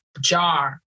jar